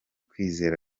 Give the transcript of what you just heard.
kwizera